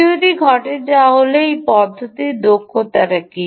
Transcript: দ্বিতীয়টি ঘটে যা হল এই পদ্ধতির দক্ষতা কী